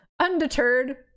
Undeterred